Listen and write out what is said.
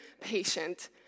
patient